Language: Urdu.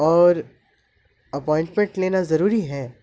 اور اپوائنٹمنٹ لینا ضروری ہے